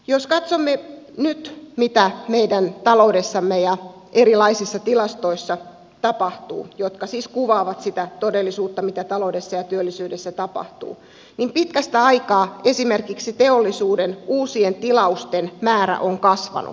jos katsomme nyt mitä meidän taloudessamme ja erilaisissa tilastoissa tapahtuu jotka siis kuvaavat sitä todellisuutta mitä taloudessa ja työllisyydessä tapahtuu niin pitkästä aikaa esimerkiksi teollisuuden uusien tilausten määrä on kasvanut